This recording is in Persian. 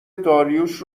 داریوش